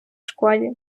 школі